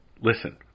listen